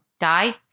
die